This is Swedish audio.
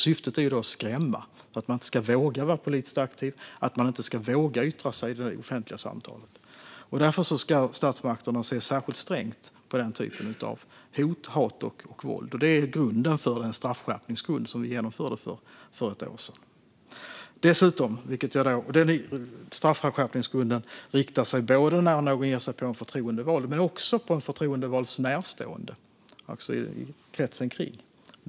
Syftet är att skrämma, så att personen inte ska våga vara politiskt aktiv och inte våga yttra sig i det offentliga samtalet. Därför ska statsmakterna se särskilt strängt på den typen av hot, hat och våld. Det är grunden för den straffskärpning som vi genomförde för ett år sedan. Den gäller när någon ger sig på en förtroendevald men också på en förtroendevalds närstående.